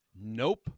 Nope